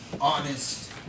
honest